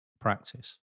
practice